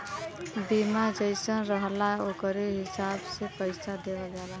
बीमा जइसन रहला ओकरे हिसाब से पइसा देवल जाला